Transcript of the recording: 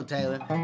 Taylor